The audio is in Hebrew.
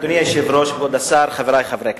אדוני היושב-ראש, כבוד השר, חברי חברי הכנסת,